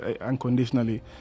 unconditionally